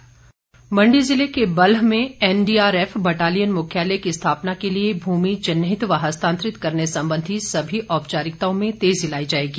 NDRF Mandi ज़िले के बल्ह में एनडीआरएफ बटालियन मुख्यालय की स्थापना के लिए भूमि चिन्हित व हस्तांतरित करने संबंधी सभी औपचारिकताओं में तेजी लाई जाएगी